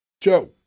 Joe